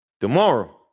tomorrow